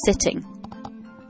sitting